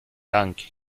dunk